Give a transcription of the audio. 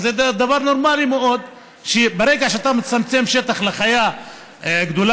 וזה דבר נורמלי מאוד שברגע שאתה מצמצם שטח לחיה גדולה